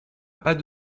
pas